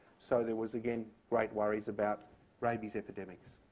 so there was, again, great worries about rabies epidemics.